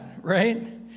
right